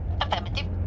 Affirmative